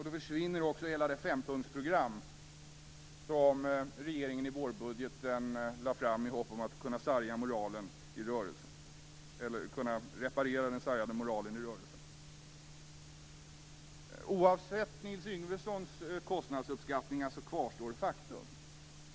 Då försvinner också hela det fempunktsprogram som regeringen i vårbudgeten lade fram i hopp om att kunna reparera den sargade moralen i rörelse. Oavsett Nils Yngvessons kostnadsuppskattningar kvarstår faktum.